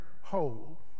whole